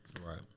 Right